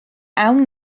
awn